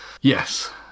Yes